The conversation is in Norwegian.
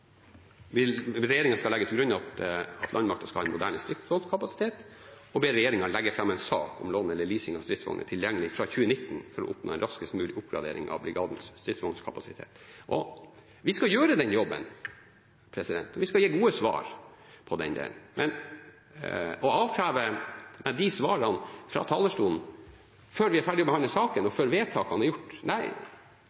skal legge til grunn at landmakten skal ha en moderne stridsvognkapasitet, og en ber regjeringen legge fram en sak om lån eller leasing av stridsvogner tilgjengelig fra 2019 for å oppnå en raskest mulig oppgradering av brigadens stridsvognkapasitet. Vi skal gjøre den jobben. Vi skal gi gode svar. Men å avkreve de svarene fra talerstolen før vi er ferdig med å behandle saken, og